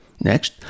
Next